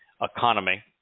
economy